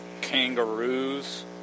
kangaroos